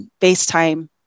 FaceTime